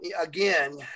again